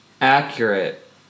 accurate